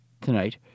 Tonight